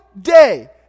day